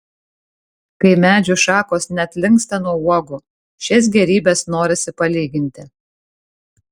kai medžių šakos net linksta nuo uogų šias gėrybes norisi palyginti